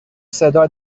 صدا